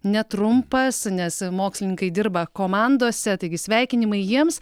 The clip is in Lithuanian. netrumpas nes mokslininkai dirba komandose taigi sveikinimai jiems